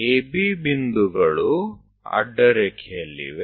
AB ಬಿಂದುಗಳು ಅಡ್ಡ ರೇಖೆಯಲ್ಲಿವೆ